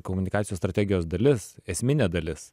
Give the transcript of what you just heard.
komunikacijos strategijos dalis esminė dalis